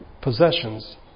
possessions